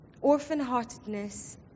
Orphan-heartedness